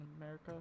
America